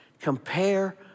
compare